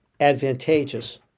advantageous